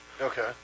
Okay